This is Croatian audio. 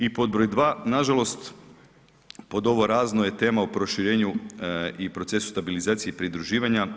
I pod broj dva, nažalost, pod ovo razno je tema o proširenju i procesu stabilizacije i pridruživanja.